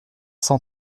cent